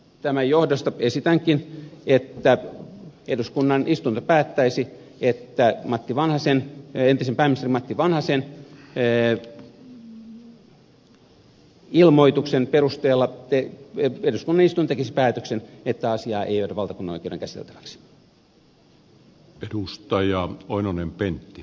tämän johdosta esitänkin että eduskunta päättäisi että entistä pääministeriä matti vanhasta vastaan ei nosteta syytettä eli että asiaa ei viedä valtakunnanoikeuden käsiteltäväksi